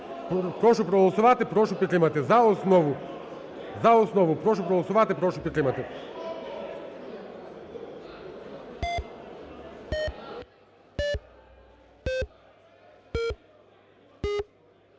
Прошу проголосувати, прошу підтримати за основу. За основу прошу проголосувати, прошу підтримати.